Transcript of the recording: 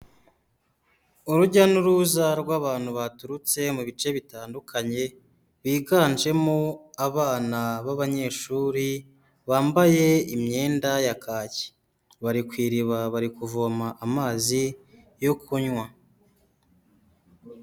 Urujya n'uruza rw'abantu baturutse mu bice bitandukanye, biganjemo abana b'abanyeshuri, bambaye imyenda ya kaki, bari ku iriba, bari kuvoma amazi yo kunywa.